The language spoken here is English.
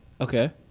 Okay